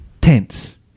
tense